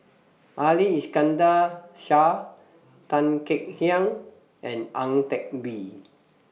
Ali Iskandar Shah Tan Kek Hiang and Ang Teck Bee